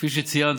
כפי שציינת,